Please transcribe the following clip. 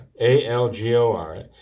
A-L-G-O-R